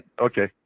Okay